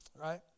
Right